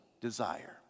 desire